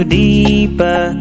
deeper